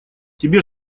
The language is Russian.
тебе